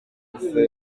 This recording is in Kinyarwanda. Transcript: gusa